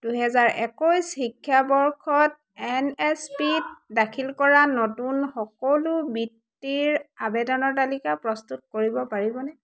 দুহেজাৰ একৈছ শিক্ষাবৰ্ষত এন এছ পি ত দাখিল কৰা নতুন সকলো বৃত্তিৰ আবেদনৰ তালিকা প্ৰস্তুত কৰিব পাৰিবনে